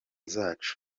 zacu